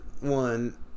one